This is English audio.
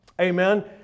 Amen